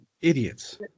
idiots